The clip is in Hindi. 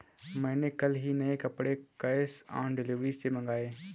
मैंने कल ही नए कपड़े कैश ऑन डिलीवरी से मंगाए